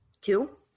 Two